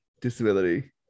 disability